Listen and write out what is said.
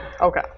Okay